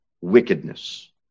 wickedness